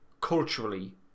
culturally